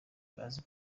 bazi